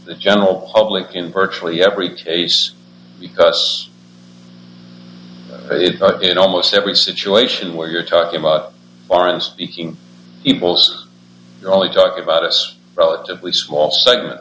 the general public in virtually every case because it but in almost every situation where you're talking about foreign speaking peoples you're only talking about us relatively small segment